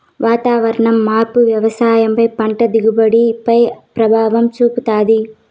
వాతావరణ మార్పు వ్యవసాయం పై పంట దిగుబడి పై ప్రభావం చూపుతాది